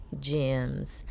gems